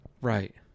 Right